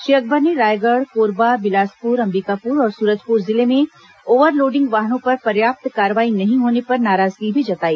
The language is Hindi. श्री अकबर ने रायगढ़ कोरबा बिलासपुर अंबिकापुर और सूरजपुर जिले में ओवरलोडिंग वाहनों पर पर्याप्त कार्रवाई नहीं होने पर नाराजगी भी जताई